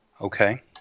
Okay